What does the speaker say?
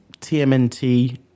tmnt